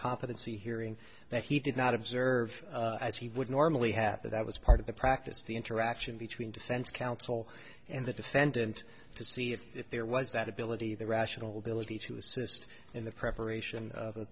competency hearing that he did not observe as he would normally have that that was part of the practice the interaction between defense counsel and the defendant to see if there was that ability the rational belief to assist in the preparation of